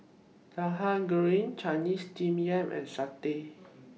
Tauhu Goreng Chinese Steamed Yam and Satay